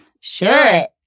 Sure